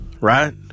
right